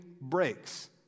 breaks